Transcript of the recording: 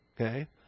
Okay